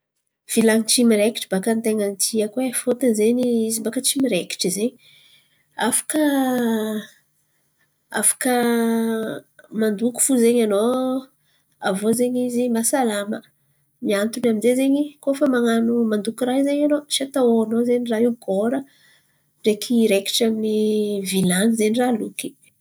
Vilan̈y tsy miraikitry baka tain̈a ny tiako e fôtiny zen̈y izy baka tsy miraikitry zen̈y afaka afaka mandoky fo zen̈y anô. Aviô zen̈y izy mahasalama ny antony aminjay zen̈y koa fa man̈ano mandoky raha io zen̈y tsy atahoranô zen̈y raha io gôra ndraiky hiraikitry amin’ny vilany zen̈y raha aloky.